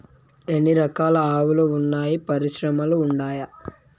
ఎన్ని రకాలు ఆవులు వున్నాయి పరిశ్రమలు ఉండాయా?